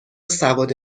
سواد